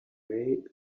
way